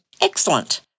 Excellent